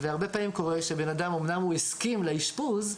והרבה פעמים קורה שבן אדם אומנם הסכים לאשפוז,